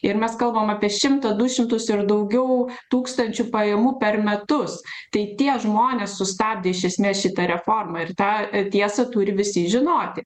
ir mes kalbam apie šimtą du šimtus ir daugiau tūkstančių pajamų per metus tai tie žmonės sustabdė iš esmės šitą reformą ir tą tiesą turi visi žinoti